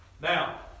Now